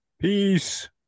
peace